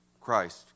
Christ